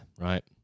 right